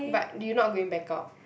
but you not going Bangkok